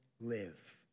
live